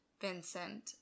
Vincent